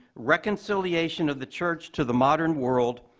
reconciliation of the church to the modern world,